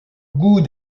goût